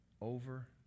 over